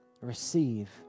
receive